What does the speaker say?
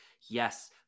yes